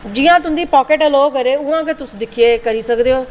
जि'यां तुं'दी पॉकेट अलोऽ करै उ'आं गै तुस दिक्खियै करी सकदे ओ